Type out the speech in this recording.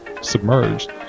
submerged